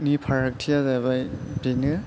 नि फारागथिया जाबाय बेनो